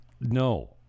no